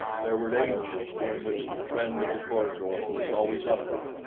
there were ages during which the trend of the corridors was always upward.